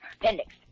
appendix